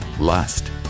Lust